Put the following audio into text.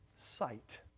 sight